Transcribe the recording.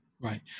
right